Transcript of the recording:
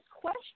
question